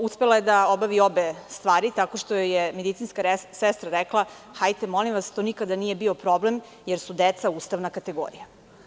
Uspela je da obavi obe stvari tako što joj je medicinska sestra rekla – hajte molim vas, to nikada nije bio problem jer su deca ustavna kategorija.